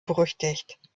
berüchtigt